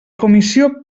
comissió